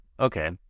Okay